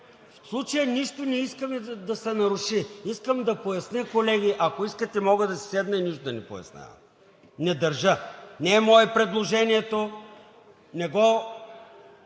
В случая нищо не искаме да се наруши, колеги. Искам да поясня, ако искате, мога да си седна и нищо да не пояснявам, не държа! Не е мое предложението, не го